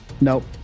Nope